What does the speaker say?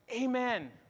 Amen